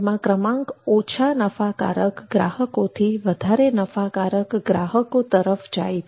તેમાં ક્રમાંક ઓછા નફાકારક ગ્રાહકોથી વધારે નફાકારક ગ્રાહકો તરફ જાય છે